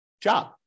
job